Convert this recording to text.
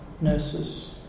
nurses